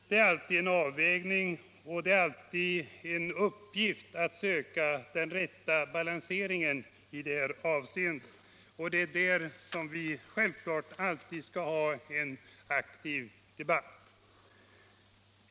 Det är alltid en avvägning och det är alltid en uppgift att söka den rätta balanseringen i det här avseendet och det är där vi självklart alltid skall ha en aktiv debatt.